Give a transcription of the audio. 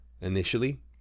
initially